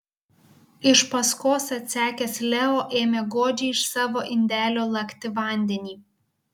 iš paskos atsekęs leo ėmė godžiai iš savo indelio lakti vandenį